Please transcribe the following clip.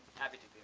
happy to.